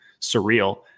surreal